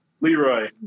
Leroy